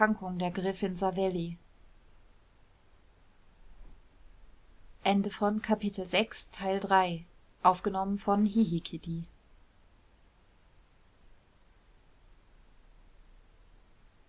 wieder gräfin savelli